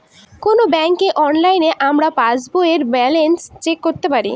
কোনো ব্যাঙ্কে অনলাইনে আমরা পাস বইয়ের ব্যালান্স চেক করতে পারি